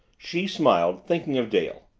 she smiled, thinking of dale.